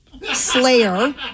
slayer